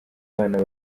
abana